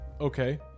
Okay